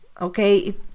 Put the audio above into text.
Okay